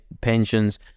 pensions